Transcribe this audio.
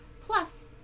Plus